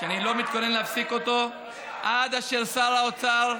שאני לא מתכונן להפסיק אותה עד אשר שר האוצר,